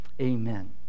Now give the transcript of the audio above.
amen